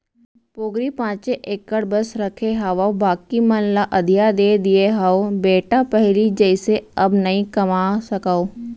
पोगरी पॉंचे एकड़ बस रखे हावव बाकी मन ल अधिया दे दिये हँव बेटा पहिली जइसे अब नइ कमा सकव